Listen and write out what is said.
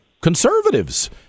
conservatives